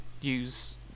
use